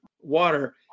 water